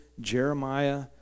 Jeremiah